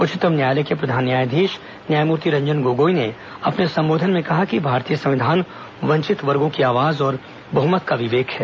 उच्चतम न्यायालय के प्रधान न्यायाधीश न्यायमूर्ति रंजन गोगोई ने अपने संबोधन में कहा कि भारतीय संविधान वंचित वर्गों की आवाज और बहुमत का विवेक है